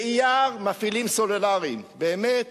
באייר מפעילים סלולריים, באמת